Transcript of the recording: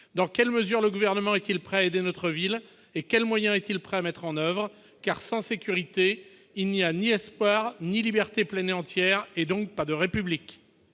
dans quelles mesures le gouvernement est-il prêt à aider notre ville et quels moyens est-il prêt à mettre en oeuvre car sans sécurité, il n'y a ni espoir ni liberté pleine et entière et donc pas de république.